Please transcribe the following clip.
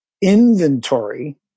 inventory